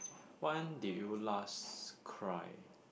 when did you last cry